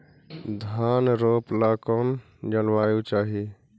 धान रोप ला कौन जलवायु चाही?